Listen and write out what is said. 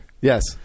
Yes